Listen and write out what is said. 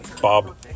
Bob